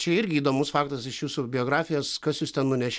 čia irgi įdomus faktas iš jūsų biografijos kas jus ten nunešė